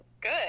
good